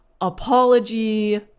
apology